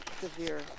severe